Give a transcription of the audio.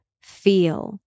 feel